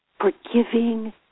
forgiving